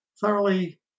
thoroughly